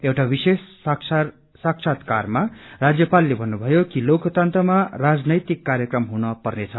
एउटा विशेष साक्षात्कारमा राज्यपालले भन्नुभयो कि लोकतंत्रमा राजनैतिक कार्यक्रम हुन पर्नेछ